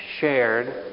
shared